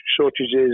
shortages